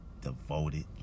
Devoted